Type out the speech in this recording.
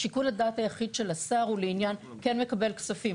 זאת אומרת מהרגע שהשר משתכנע שהתקבלו כספים,